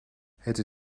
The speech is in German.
hätte